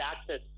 access